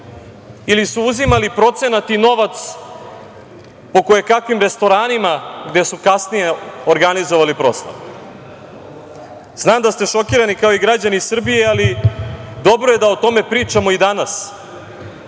ili su uzimali procenat i novac po koje kakvim restoranima gde su kasnije organizovali proslavu. Znam da ste šokirani, kao i građani Srbije, ali dobro je da o tome pričamo i danas